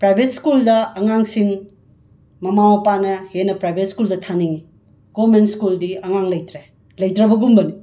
private ꯁ꯭ꯀꯨꯜꯗ ꯑꯉꯥꯡꯁꯤꯡ ꯃꯃꯥ ꯃꯄꯥꯅ ꯍꯦꯟꯅ ꯄ꯭ꯔꯥꯏꯕꯦꯠ ꯁ꯭ꯀꯨꯜꯗ ꯊꯥꯅꯤꯡꯉꯤ ꯒꯣꯃꯦꯟ ꯁ꯭ꯀꯨꯜꯗꯤ ꯑꯉꯥꯡ ꯂꯩꯇ꯭ꯔꯦ ꯂꯩꯇ꯭ꯔꯕꯒꯨꯝꯕꯅꯤ